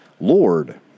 Lord